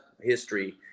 history